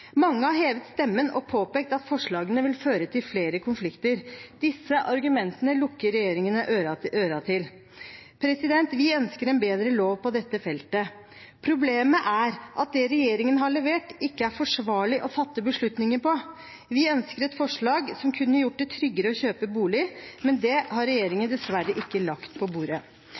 Mange har hevet stemmen og påpekt at forslagene vil føre til flere konflikter. Disse argumentene lukker regjeringen ørene for. Vi ønsker en bedre lov på dette feltet. Problemet er at det regjeringen har levert, ikke er forsvarlig å fatte beslutninger på. Vi ønsker et forslag som kunne gjort det tryggere å kjøpe bolig, men det har regjeringen dessverre ikke lagt på bordet.